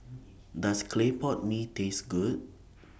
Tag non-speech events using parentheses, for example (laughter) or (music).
(noise) Does Clay Pot Mee Taste Good (noise)